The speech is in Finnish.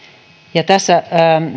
ja tässä